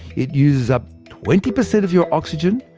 it uses up twenty percent of your oxygen,